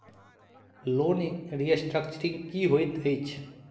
Loan restructuring की होइत अछि?